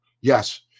Yes